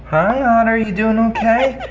hi otter, you doing ok?